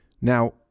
Now